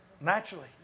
Naturally